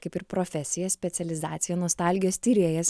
kaip ir profesija specializacija nostalgijos tyrėjas